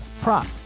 prop